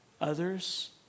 others